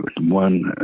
one